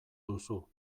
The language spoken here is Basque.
duzu